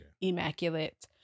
immaculate